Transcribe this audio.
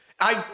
I-